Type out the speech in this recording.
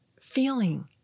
feeling